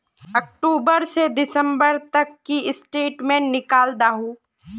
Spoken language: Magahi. अक्टूबर से दिसंबर तक की स्टेटमेंट निकल दाहू?